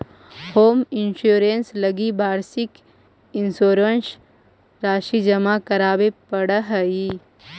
home insurance लगी वार्षिक insurance राशि जमा करावे पड़ऽ हइ